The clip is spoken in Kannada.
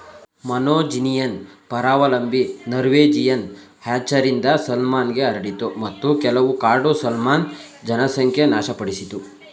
ಮೊನೊಜೆನಿಯನ್ ಪರಾವಲಂಬಿ ನಾರ್ವೇಜಿಯನ್ ಹ್ಯಾಚರಿಂದ ಸಾಲ್ಮನ್ಗೆ ಹರಡಿತು ಮತ್ತು ಕೆಲವು ಕಾಡು ಸಾಲ್ಮನ್ ಜನಸಂಖ್ಯೆ ನಾಶಪಡಿಸಿತು